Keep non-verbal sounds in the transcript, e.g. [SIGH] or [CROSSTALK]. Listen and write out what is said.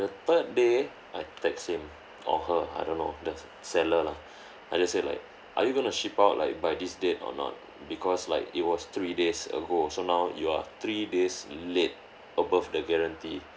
the third day I text him or her I don't know the seller lah [BREATH] I just say like are you going to ship out like by this date or not because like it was three days ago so now you are three days late above the guarantee